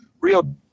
real